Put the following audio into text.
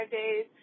days